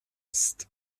psst